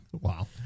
Wow